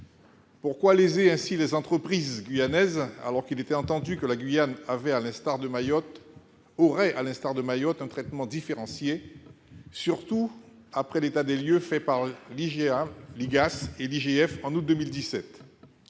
Pourquoi léser ainsi les entreprises guyanaises, alors qu'il était entendu que la Guyane bénéficierait, à l'instar de Mayotte, d'un traitement différencié, surtout après l'état des lieux réalisé en août 2017